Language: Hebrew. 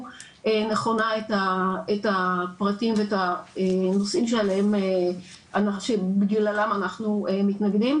נכונה את הפרטים ואת הנושאים שבגללם אנחנו מתנגדים.